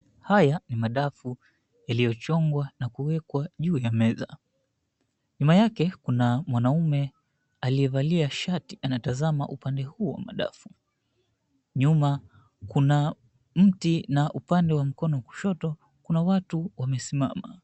Haya ni madafu yaliyochongwa na kuwekwa juu ya meza. Nyuma yake kuna mwanamume aliyevalia shati anatazama upande huu wa madafu. Nyuma kuna mti na upande wa mkono kushoto kuna watu wamesimama.